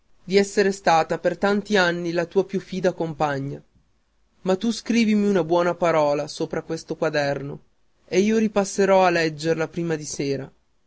crescere d'essere stata per tanti anni la tua più fida compagna ma tu scrivimi una buona parola sopra questo stesso quaderno e io ripasserò a leggerla prima di sera